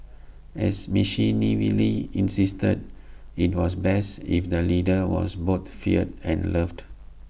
as Machiavelli insisted IT was best if the leader was both feared and loved